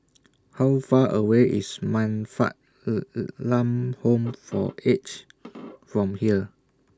How Far away IS Man Fatt Lam Home For Aged from here